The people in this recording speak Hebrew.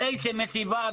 על איזה מסיבה